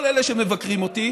כל אלה שמבקרים אותי